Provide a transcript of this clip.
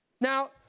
now